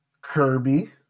Kirby